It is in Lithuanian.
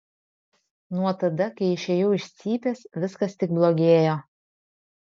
nuo tada kai išėjau iš cypės viskas tik blogėjo